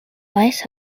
ice